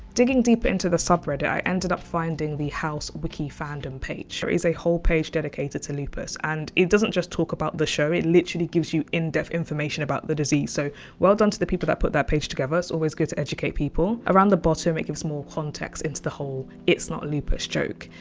digging deep into the subreddit, i ended up finding the house wiki fandom page, there is a whole page dedicated to lupus. and it doesn't just talk about the show, it literally gives you in depth information about the disease. so well done to the people that put that page together. it's always good to educate people. around the bottom it gives more context into the whole, it's not lupus joke.